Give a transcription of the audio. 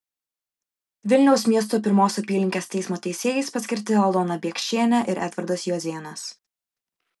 vilniaus miesto pirmos apylinkės teismo teisėjais paskirti aldona biekšienė ir edvardas juozėnas